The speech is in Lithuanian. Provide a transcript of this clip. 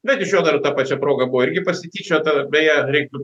bet iš jo dar ta pačia proga buvo irgi pasityčiota beje reiktų